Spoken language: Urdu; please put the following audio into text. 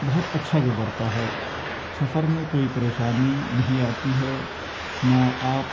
بہت اچھا گزرتا ہے سفر میں کوئی پریشانی نہیں آتی ہے نہ آپ